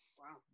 Wow